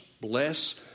bless